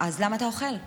אבל אני לא עושה ספורט,